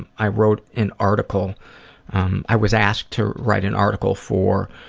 and i wrote an article i was asked to write an article for